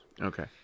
Okay